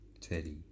Teddy